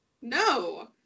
No